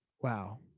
Wow